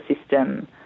system